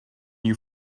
you